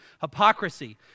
hypocrisy